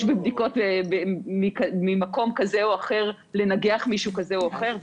בבדיקות ממקום כזה או אחר לנגח מישהו כזה או אחר,